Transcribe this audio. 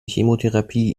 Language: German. chemotherapie